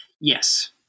Yes